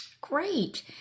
Great